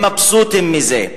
הם מבסוטים מהתאגידים.